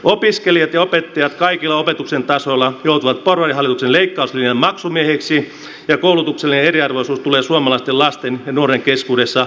opiskelijat ja opettajat kaikilla opetuksen tasoilla joutuvat porvarihallituksen leikkauslinjan maksumiehiksi ja koulutuksellinen eriarvoisuus tulee suomalaisten lasten ja nuorten keskuudessa lisääntymään